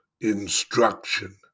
instruction